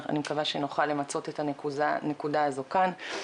אני מקווה שנוכל למצות את הנקודה הזאת כאן.